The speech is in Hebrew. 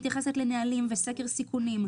לתעשיינים ויבואנים.